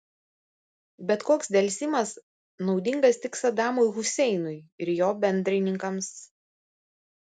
bet koks delsimas naudingas tik sadamui huseinui ir jo bendrininkams